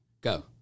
Go